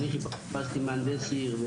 אני חיפשתי מהנדס עיר,